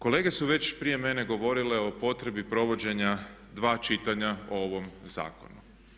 Kolege su već prije mene govorile o potrebi provođenja dva čitanja ovog zakona.